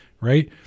right